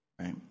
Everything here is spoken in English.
right